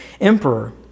emperor